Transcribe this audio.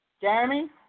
Jeremy